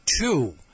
two